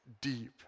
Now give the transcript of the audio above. deep